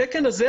התקן הזה,